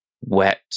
wet